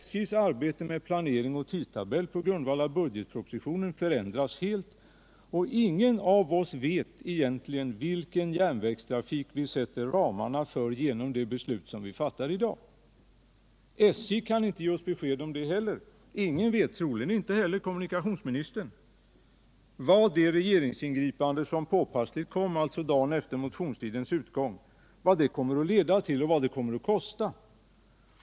SJ:s arbete med planering och tidtabeller på grundval av budgetpropositionen förändras helt, och ingen av oss vet egentligen vilken järnvägstrafik vi drar upp ramarna för genom det beslut vi fattar i dag. Inte heller SJ kan ge oss besked. Ingen vet — troligen inte heller kommunikationsministern — vad det regeringsingripande som påpassligt kom dagen efter motionstidens utgång kommer att leda till och vad det kommer att kosta.